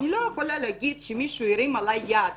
אני לא יכולה להגיד שמישהו הרים עליי יד.